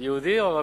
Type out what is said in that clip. זה יהודי או ערבי?